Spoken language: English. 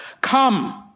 Come